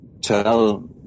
tell